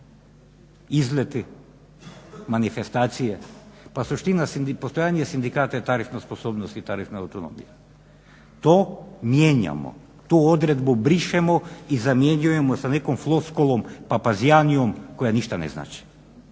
izleti, manifestacije, pa suština, postojanje sindikata je tarifna sposobnost i tarifna autonomija. To mijenjamo, tu odredbu brišemo i zamjenjujemo s nekom floskulom, papazijaniom koja ništa ne znači.